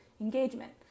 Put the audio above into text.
engagement